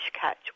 catch